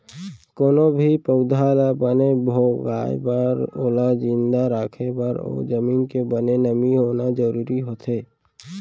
कोनो भी पउधा ल बने भोगाय बर ओला जिंदा राखे बर ओ जमीन के बने नमी होना जरूरी होथे